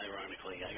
ironically